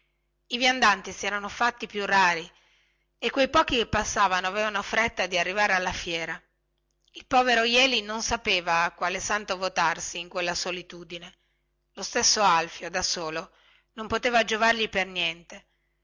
i viandanti si erano fatti più rari e quei pochi che passavano avevano fretta di arrivare alla fiera il povero jeli non sapeva a qual santo votarsi in quella solitudine lo stesso alfio da solo non poteva giovargli per niente